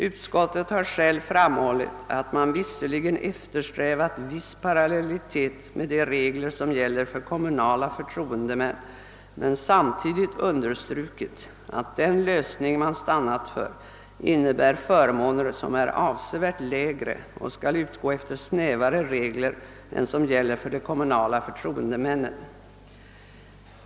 Utskottet har självt framhållit, att man visserligen har eftersträvat viss parallellitet med de regler som gäller för kommunala förtroendemän, men samtidigt understrukit, att den lösning utskottet stannat för innebär förmåner som är avsevärt lägre och som skall utgå efter snävare regler än vad som gäller för de kommunala förtroendemännen.